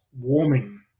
warming